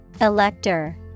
Elector